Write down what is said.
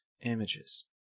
images